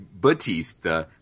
Batista